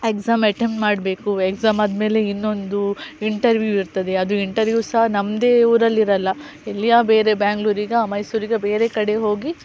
exam attend ಮಾಡಬೇಕು exam ಆದಮೇಲೆ ಇನ್ನೊಂದು ಇಂಟರ್ವ್ಯೂ ಇರ್ತದೆ ಅದು ಇಂಟರ್ವ್ಯೂ ಸಹ ನಮ್ಮದೆ ಊರಲ್ಲಿರಲ್ಲ ಎಲ್ಲಿಯೋ ಬೇರೆ ಬೆಂಗ್ಳೂರಿಗ ಮೈಸೂರಿಗ ಬೇರೆ ಕಡೆ ಹೋಗಿ